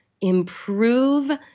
improve